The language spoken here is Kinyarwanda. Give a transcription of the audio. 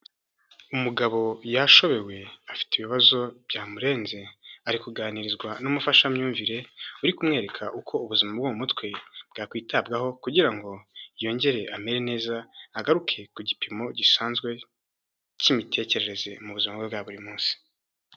Umugabo yashobewe, afite ibibazo byamurenze, ari kuganirizwa n'umufashamyumvire uri kumwereka uko ubuzima bwo mu mutwe bwakwitabwaho kugira ngo yongere amere neza, agaruke ku gipimo gisanzwe cy'imitekerereze mu buzima bwe bwa buri munsi.